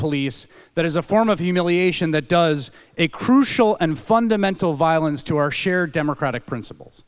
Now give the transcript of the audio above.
police that is a form of humiliation that does a crucial and fundamental violence to our shared democratic principles